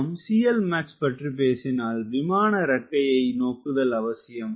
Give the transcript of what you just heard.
நாம் CLmax பற்றி பேசினால் விமான இறக்கையை நோக்குதல் அவசியம்